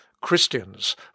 Christians